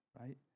right